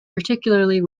particularly